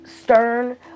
stern